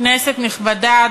כנסת נכבדה,